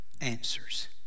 answers